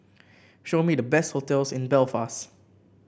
show me the best hotels in Belfast